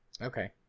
Okay